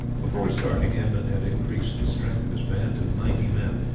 before starting edmund had increased the strength of his band to ninety men,